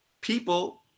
people